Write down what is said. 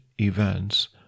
events